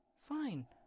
fine